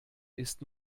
ist